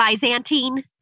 Byzantine